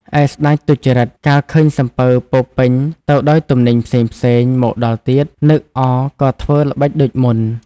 ឯស្ដេចទុច្ចរិត កាលឃើញសំពៅពោរពេញទៅដោយទំនិញផ្សេងៗ មកដល់ទៀត នឹក អរ ក៏ធ្វើល្បិចដូចមុន ។